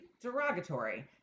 derogatory